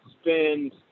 spend